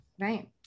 Right